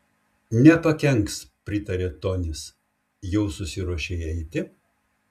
nepakenks pritarė tonis jau susiruošei eiti